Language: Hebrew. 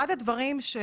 יש